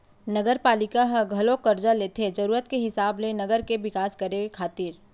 नगरपालिका ह घलोक करजा लेथे जरुरत के हिसाब ले नगर के बिकास करे खातिर